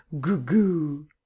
Goo-goo